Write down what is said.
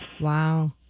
Wow